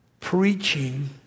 preaching